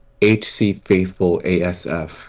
HCFaithfulASF